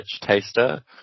taster